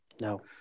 No